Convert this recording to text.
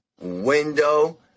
window